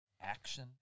action